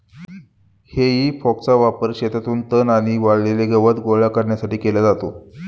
हेई फॉकचा वापर शेतातून तण आणि वाळलेले गवत गोळा करण्यासाठी केला जातो